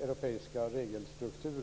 europeiska regelstrukturen.